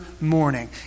morning